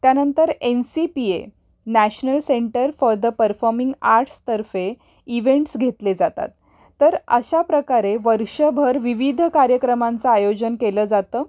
त्यानंतर N C P A national centre for the performing आर्ट्सतर्फे events घेतले जातात तर अशा प्रकारे वर्षभर विविध कार्यक्रमांचं आयोजन केलं जातं